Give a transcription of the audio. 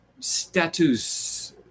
Status